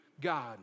God